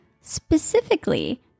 Specifically